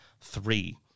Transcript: three